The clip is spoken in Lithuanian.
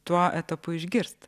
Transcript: tuo etapu išgirst